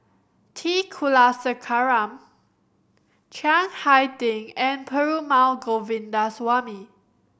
T Kulasekaram Chiang Hai Ding and Perumal Govindaswamy